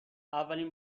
اولین